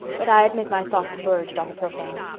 but i admit my thoughts verged on the profane.